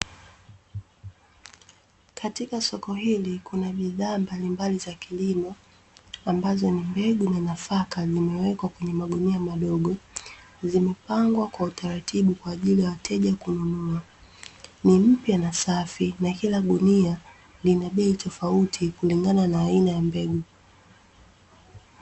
Katika soko hili kuna bidhaa mbalimbali za kilimo, ambazo ni mbegu na nafaka, zimewekwa kwenye magunia madogo zimepangwa kwa utaratibu kwaajili ya wateja kununua, ni mpya na safi na kila gunia lina bei tofauti kulingana na aina ya mbegu.